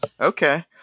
Okay